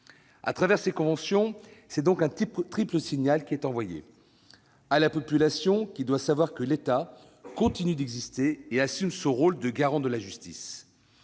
À travers ces conventions, c'est donc un triple signal qui est envoyé : à la population, qui doit savoir que l'État continue d'exister et assume son rôle de garant de la justice